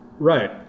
Right